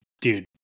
Dude